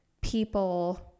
people